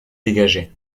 dégagé